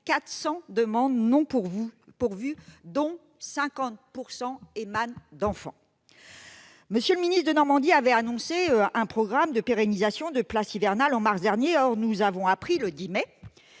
400 demandes non pourvues, dont 50 % émanent d'enfants. M. le ministre Denormandie avait annoncé un programme de pérennisation de places hivernales en mars dernier. Nous avons appris le 10 mai